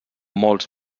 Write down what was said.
molts